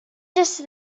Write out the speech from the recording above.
just